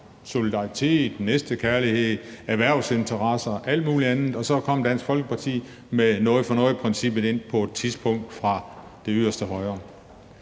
solidaritet, næstekærlighed, erhvervsinteresser og alt muligt andet, og så kom Dansk Folkeparti med noget for noget-princippet på et tidspunkt ind fra det yderste højre.